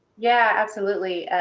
yeah, absolutely.